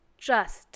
trust